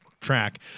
track